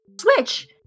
Switch